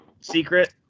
secret